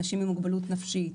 אנשים עם מוגבלות נפשית,